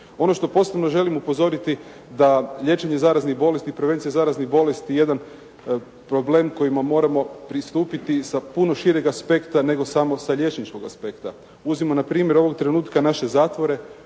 Ono što posebno želim upozoriti da liječenje zaraznih bolesti i prevencija zaraznih bolesti je jedan problem kojim moramo pristupiti sa puno šireg aspekta nego samo sa liječničkog aspekta. Uzmimo npr. naše zatvore